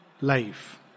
life